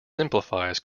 simplifies